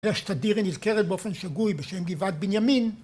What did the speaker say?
אשתדירי נזכרת באופן שגוי בשם גבעת בנימין